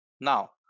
now